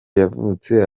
yavutse